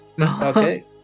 Okay